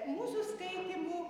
mūsų skaitymų